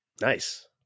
Nice